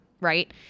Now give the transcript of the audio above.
right